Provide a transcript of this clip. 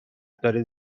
داره